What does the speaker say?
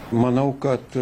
manau kad